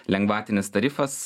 lengvatinis tarifas